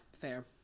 fair